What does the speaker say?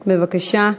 בבקשה.